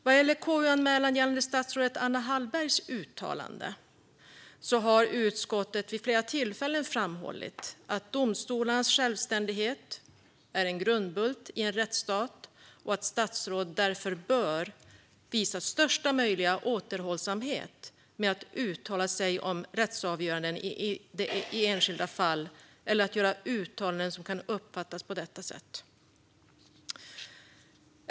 Vad gäller KU-anmälan gällande statsrådet Anna Hallbergs uttalande har utskottet vid flera tillfällen framhållit att domstolarnas självständighet är en grundbult i en rättsstat och att statsråd därför bör visa största möjliga återhållsamhet med att uttala sig om rättsavgöranden i enskilda fall eller att göra uttalanden som kan uppfattas på detta sätt.